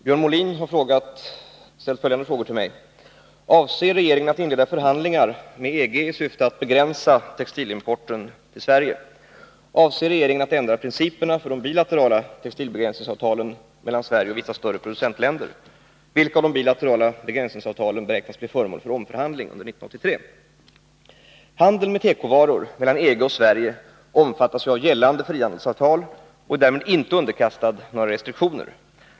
Herr talman! Björn Molin har ställt följande frågor till mig: 1. Avser regeringen att inleda förhandlingar med de europeiska gemenskaperna i syfte att begränsa importen av textilprodukter från EG till Sverige? 2. Avser regeringen att ändra principerna för de bilaterala textilbegränsningsavtalen mellan Sverige och vissa större producentländer? 3. Vilka av de bilaterala begränsningsavtalen beräknas bli föremål för omförhandling under år 1983? Handeln med tekovaror mellan de europeiska gemenskaperna och Sverige omfattas av gällande frihandelsavtal och är därmed inte underkastad några restriktioner.